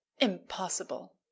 Impossible